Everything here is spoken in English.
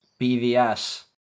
BVS